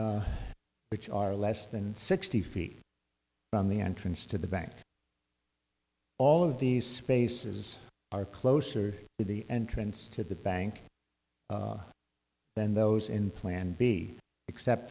which are less than sixty feet from the entrance to the back all of these spaces are closer to the entrance to the bank than those in plan b except